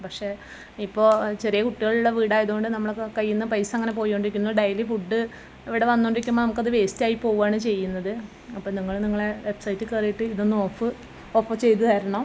പക്ഷേ ഇപ്പം ചെറിയ കുട്ടികളുള്ള വീടായതുകൊണ്ട് നമ്മൾ കയ്യീന്ന് പൈസ ഇങ്ങനെ പോയോണ്ടിരിക്കുന്നു ഡെയിലി ഫുഡ് ഇവിടെ വന്നോണ്ടിരിക്കുമ്പോൾ നമുക്കത് വേസ്റ്റായി പോവാണ് ചെയ്യുന്നത് അപ്പോൾ നിങ്ങൾ നിങ്ങളെ വെബ്സൈറ്റിൽ കയറിയിട്ട് ഇതൊന്ന് ഓഫ് ഓഫ് ചെയ്തു തരണം